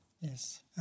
Yes